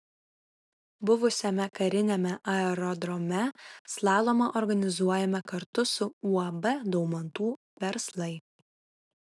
buvusiame kariniame aerodrome slalomą organizuojame kartu su uab daumantų verslai